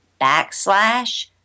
backslash